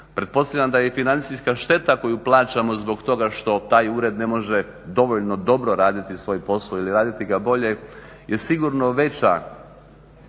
Pretpostavljam da je financijska šteta koju plaćamo zbog toga što taj ured ne može dovoljno dobro raditi svoj posao ili raditi ga bolje jer sigurno veća